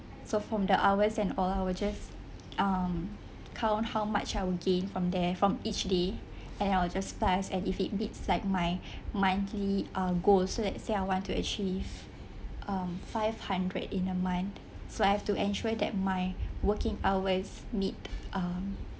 so from the hours and all I'll just um count how much I will gain from there from each day and I'll just plus and if it beats like my monthly uh goal so let's say I want to achieve um five hundred in a month so I have to ensure that my working hours meet um